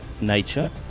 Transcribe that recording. nature